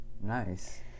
Nice